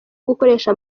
gukoresha